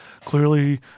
clearly